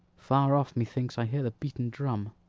far off methinks i hear the beaten drum